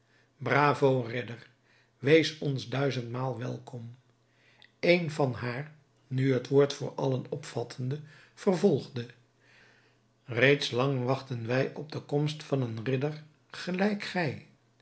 bravo ridder wees ons duizendmaal welkom een van haar nu het woord voor allen opvattende vervolgde reeds lang wachten wij op de komst van een ridder gelijk gij